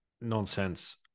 nonsense